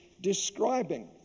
describing